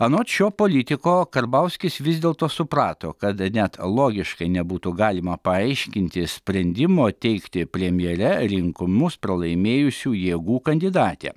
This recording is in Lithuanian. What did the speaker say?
anot šio politiko karbauskis vis dėlto suprato kad net logiškai nebūtų galima paaiškinti sprendimo teikti premjere rinkimus pralaimėjusių jėgų kandidatę